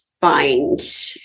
find